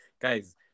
guys